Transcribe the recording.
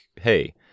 hey